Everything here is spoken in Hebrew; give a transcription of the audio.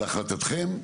להחלטתכם,